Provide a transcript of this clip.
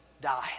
die